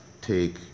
take